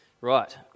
Right